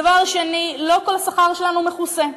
דבר שני, לא כל השכר שלנו מכוסה.